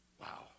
wow